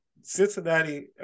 Cincinnati